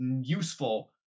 useful